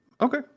Okay